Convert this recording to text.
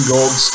Gold